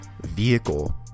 vehicle